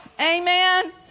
Amen